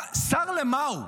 שר למה הוא?